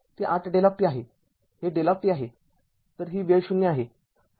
तर हे ८δ आहेहे δ आहे तर ही वेळ ० आहे